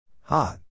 Hot